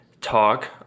talk